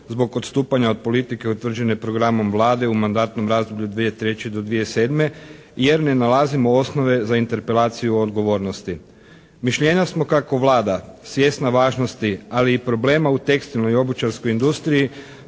zbog odstupanja politike utvrđene programom Vlade u mandatnom razdoblju 2003-2007. jer ne nalazimo osnove za interpelaciju odgovornosti. Mišljenja smo kako Vlada svjesna važnosti ali i problema u tekstilnoj i obućarskoj industriji